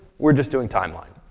we're just doing timeline.